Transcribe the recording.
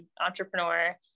entrepreneur